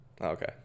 Okay